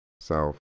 south